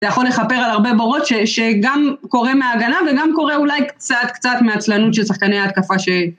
זה יכול לכפר על הרבה בורות שגם קורה מהגנה וגם קורה אולי קצת קצת מעצלנות של שחקני ההתקפה.